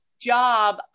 job